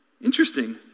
Interesting